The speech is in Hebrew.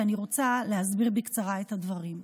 ואני רוצה להסביר בקצרה את הדברים.